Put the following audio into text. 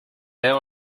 now